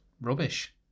rubbish